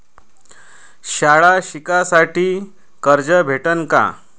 शाळा शिकासाठी कर्ज भेटन का?